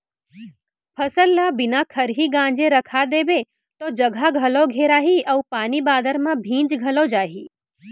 फसल ल बिना खरही गांजे रखा देबे तौ जघा घलौ घेराही अउ पानी बादर म भींज घलौ जाही